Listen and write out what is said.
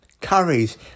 curries